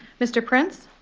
mr. prince.